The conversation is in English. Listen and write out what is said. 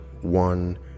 One